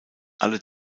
alle